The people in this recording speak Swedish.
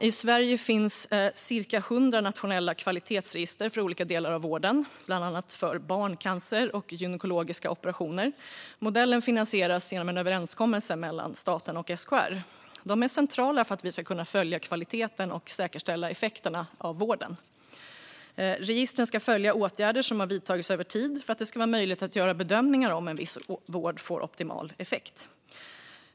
I Sverige finns cirka 100 nationella kvalitetsregister för olika delar av vården, bland annat för barncancer och gynekologiska operationer. Modellen finansieras genom en överenskommelse mellan staten och SKR. Dessa register är centrala för att vi ska kunna följa kvaliteten och säkerställa effekterna av vården. Registren ska innefatta åtgärder som har vidtagits över tid för att det ska vara möjligt att göra bedömningar av om en viss vård får optimal effekt.